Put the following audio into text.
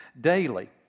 daily